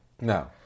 No